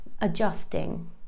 adjusting